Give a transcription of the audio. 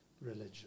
religion